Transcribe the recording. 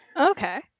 Okay